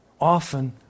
often